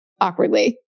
awkwardly